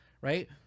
right